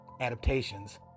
adaptations